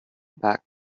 back